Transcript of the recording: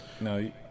No